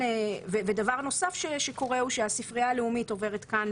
דבר נוסף שקורה זה שהספרייה הלאומית עוברת לכאן,